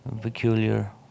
peculiar